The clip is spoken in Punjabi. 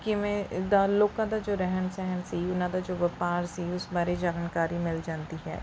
ਕਿਵੇਂ ਦਾ ਲੋਕਾਂ ਦਾ ਜੋ ਰਹਿਣ ਸਹਿਣ ਸੀ ਉਹਨਾਂ ਦਾ ਜੋ ਵਪਾਰ ਸੀ ਉਸ ਬਾਰੇ ਜਾਣਕਾਰੀ ਮਿਲ ਜਾਂਦੀ ਹੈ